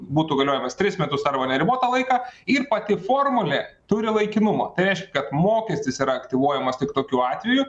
būtų galiojimas tris metus arba neribotą laiką ir pati formulė turi laikinumo tai reiškia kad mokestis yra aktyvuojamas tik tokiu atveju